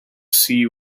see